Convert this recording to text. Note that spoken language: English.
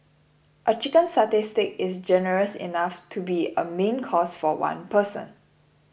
a Chicken Satay Stick is generous enough to be a main course for one person